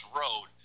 road